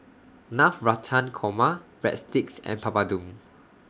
Navratan Korma Breadsticks and Papadum